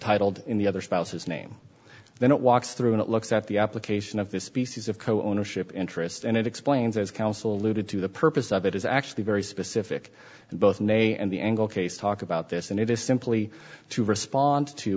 titled in the other spouse's name then it walks through and it looks at the application of this species of co ownership interest and it explains as counsel alluded to the purpose of it is actually very specific and both nay and the angle case talk about this and it is simply to respond to